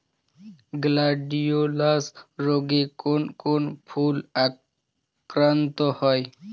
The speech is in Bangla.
গ্লাডিওলাস রোগে কোন কোন ফুল আক্রান্ত হয়?